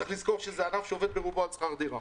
צריך לזכור שזה ענף שעובד ברובו על שכר דירה.